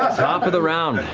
top of the round.